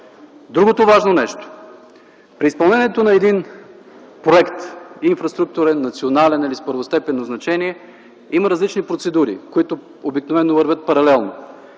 Другото важно нещо. При изпълнението на един проект – инфраструктурен, национален или с първостепенно значение, има различни процедури, които обикновено вървят паралелно.